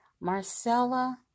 Marcella